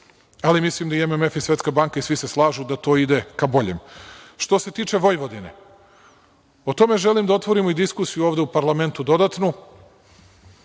ali mislim da se i MMF i Svetska banka i svi slažu da to ide ka boljem. Što se tiče Vojvodine, o tome želim da otvorimo i diskusiju ovde u parlamentu dodatno,